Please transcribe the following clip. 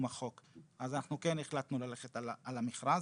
החוק אז אנחנו כן החלטנו ללכת על המכרז.